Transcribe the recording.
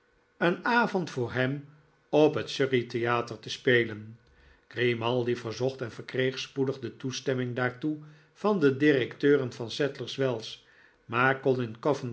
een avond voor hem op het surrey theater te spelen grimaldi verzocht en verkreeg spoedig de toestemming daartoe van de directeuren van sadlers wells maar